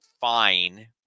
fine